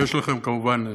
יש לכם כמובן יציאה.